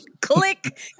Click